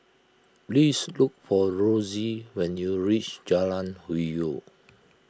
please look for Rosey when you reach Jalan Hwi Yoh